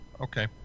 Okay